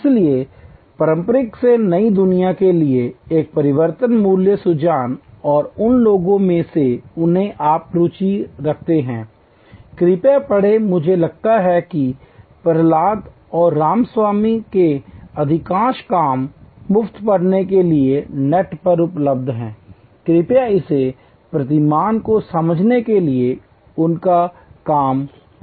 इसलिए पारंपरिक से नई दुनिया के लिए यह परिवर्तन मूल्य सृजन और उन लोगों में से जिन्हें आप रुचि रखते हैं कृपया पढ़ें मुझे लगता है कि प्रहलाद और रामास्वामी के अधिकांश काम मुफ्त पढ़ने के लिए नेट पर उपलब्ध हैं कृपया इस प्रतिमान को समझने के लिए उनका काम पढ़ें